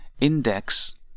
Index